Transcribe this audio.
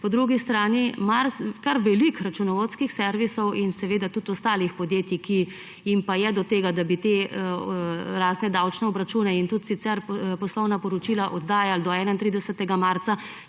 po drugi strani kar veliko računovodskih servisov in tudi ostalih podjetij, ki jim pa je do tega, da bi te razne davčne obračune in tudi sicer poslovna poročila oddajali do 31. marca,